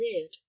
reared